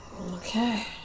Okay